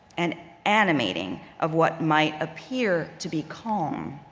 an animating of what might appear to be calm.